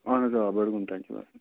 اَہَن حظ آ بَڈگوم تانۍ چھُ وَسُن